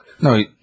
No